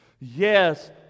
Yes